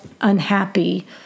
unhappy—